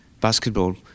basketball